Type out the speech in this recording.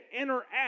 interact